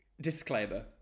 Disclaimer